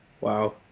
Wow